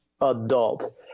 adult